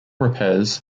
repairs